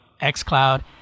xCloud